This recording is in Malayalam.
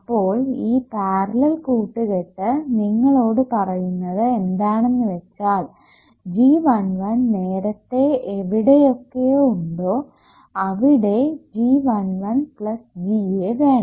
അപ്പോൾ ഈ പാരലൽ കൂട്ടുകെട്ട് നിങ്ങളോട് പറയുന്നത് എന്താണെന്നുവെച്ചാൽ G11 നേരത്തെ എവിടെയൊക്കെ ഉണ്ടോ അവിടെ G11 പ്ലസ് Ga വേണം